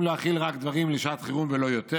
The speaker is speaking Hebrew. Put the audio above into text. להכיל רק דברים לשעת חירום ולא יותר.